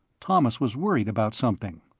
thomas was worried about something.